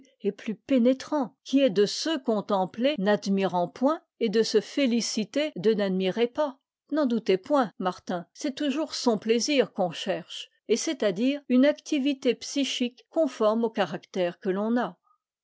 et plus pénétrant qui est de se contempler n'admirant point et de se féliciter de n'admirer pas n'en doutez point martin c'est toujours son plaisir qu'on cherche et c'est-à-dire une activité psychique conforme au caractère que l'on a